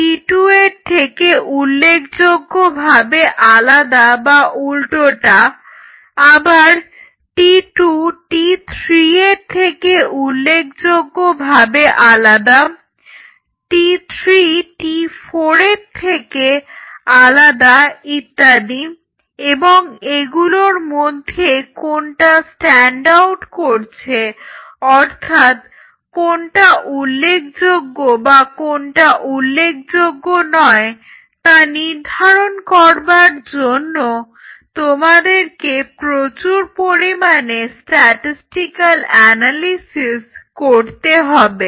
T1 T2 এর থেকে উল্লেখযোগ্যভাবে আলাদা বা উল্টোটা আবার T2 T3 এর থেকে উল্লেখযোগ্য ভাবে আলাদা T3T4 এর থেকে আলাদা ইত্যাদি এবং এগুলোর মধ্যে কোনটা স্ট্যান্ড আউট করছে অর্থাৎ কোনটা উল্লেখযোগ্য বা কোনটা উল্লেখযোগ্য নয় তা নির্ধারণ করার জন্য তোমাদেরকে প্রচুর পরিমাণে স্ট্যাটিসটিক্যাল অ্যানালিসিস করতে হবে